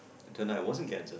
it turned out it wasn't cancer